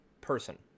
person